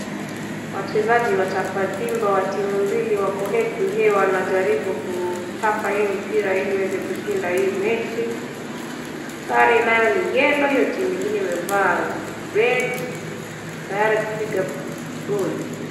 Wachezaji wa chapa dimba wa timu mbili wako head to head wanajaribu kuchapa hii mpira ili waweza kushinda hii mechi sare nayo ni yellow hiyo timu ingine imevaa red tayari kupiga ball .